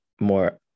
more